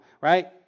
right